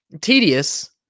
tedious